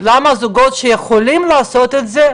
למה זוגות שיכולים לעשות את זה,